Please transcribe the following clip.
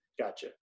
Gotcha